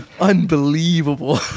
Unbelievable